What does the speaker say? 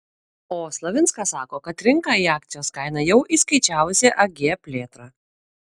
o slavinskas sako kad rinka į akcijos kainą jau įskaičiavusi ag plėtrą